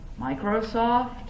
Microsoft